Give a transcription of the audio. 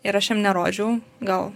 ir aš jiem nerodžiau gal